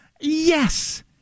yes